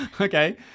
Okay